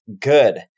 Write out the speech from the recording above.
good